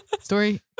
Story